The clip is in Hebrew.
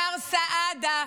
מר סעדה,